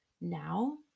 now